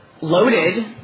loaded